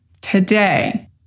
today